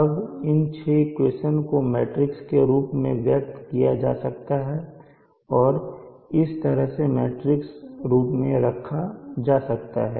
अब इन 6 इक्वेशन को मैट्रिक्स रूप में व्यक्त किया जा सकता है और इस तरह से मैट्रिक्स रूप में रखा जा सकता है